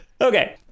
Okay